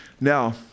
Now